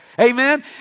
Amen